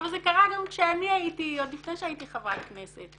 אבל זה קרה גם כשאני הייתי עוד לפני שהייתי חברת כנסת.